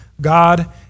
God